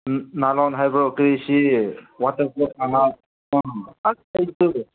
ꯅꯥꯂꯣꯟ ꯍꯥꯏꯕ꯭ꯔ ꯀꯔꯤꯁꯤ ꯋꯥꯇꯔꯐꯣꯜ ꯑꯃ ꯎꯝ ꯑꯁ